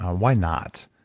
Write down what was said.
why not?